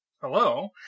hello